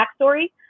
backstory